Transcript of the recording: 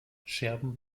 scherben